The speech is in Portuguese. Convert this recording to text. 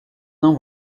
não